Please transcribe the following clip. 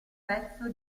pezzo